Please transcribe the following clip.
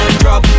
drop